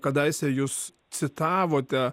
kadaise jūs citavote